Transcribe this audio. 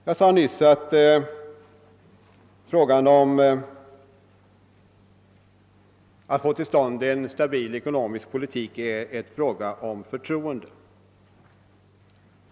Jag sade nyss att möjligheterna att få till stånd en stabil ekonomisk politik också är en fråga om förtroende.